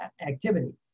activity